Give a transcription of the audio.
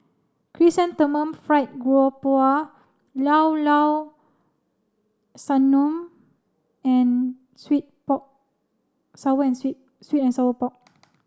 Chrysanthemum Fried Garoupa Llao Llao Sanum and sweet pork sour and sweet sweet and sour pork